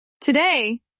today